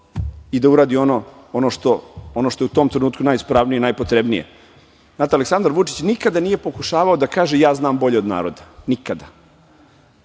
i da uradi ono što je u tom trenutku najispravnije i najpotrebnije. Znate, Aleksandar Vučić nikada nije pokušavao da kaže – ja znam bolje od naroda. Nikada!